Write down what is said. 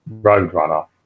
Roadrunner